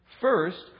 First